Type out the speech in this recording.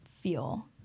feel